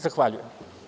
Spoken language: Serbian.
Zahvaljujem.